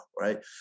right